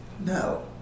No